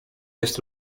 jest